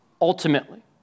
ultimately